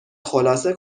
خلاصه